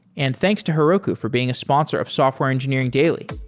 and thanks to heroku for being a sponsor of software engineering daily